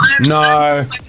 no